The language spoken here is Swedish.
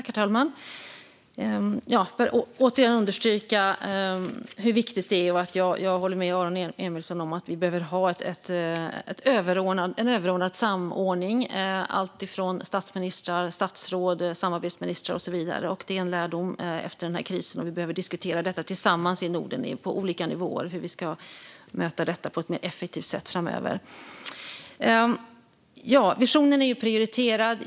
Herr talman! Jag vill återigen understryka hur viktigt det är och att jag håller med Aron Emilsson om att vi behöver ha en överordnad samordning av alltifrån statsministrar till statsråd och samarbetsministrar och så vidare. Det är en lärdom efter den här krisen, och vi behöver diskutera tillsammans i Norden på olika nivåer hur vi ska möta sådant här på ett mer effektivt sätt framöver. Visionen är prioriterad.